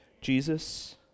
Jesus